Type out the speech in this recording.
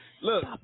look